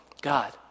god